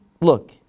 look